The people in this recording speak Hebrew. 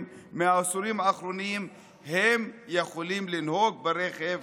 בעשורים האחרונים הם יכולים לנהוג ברכב